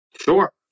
Sure